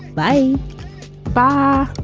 bye bye